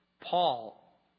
Paul